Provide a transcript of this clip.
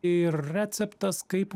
ir receptas kaip